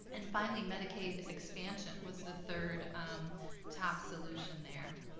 and finally, medicaid expansion was the third top solution there.